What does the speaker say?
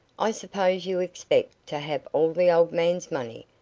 i suppose you expect to have all the old man's money,